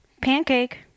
pancake